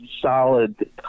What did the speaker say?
solid